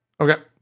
Okay